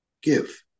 give